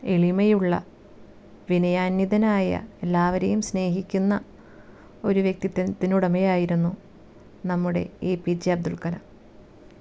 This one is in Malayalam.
എളിമയുള്ള വിനയാന്നിതനായ എല്ലാവരെയും സ്നേഹിക്കുന്ന ഒരു വ്യക്തിത്വത്തിന് ഉടമയായിരുന്നു നമ്മുടെ A P J Abdul Kalam